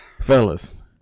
fellas